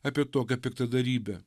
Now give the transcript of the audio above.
apie tokią piktadarybę